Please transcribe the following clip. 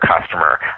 customer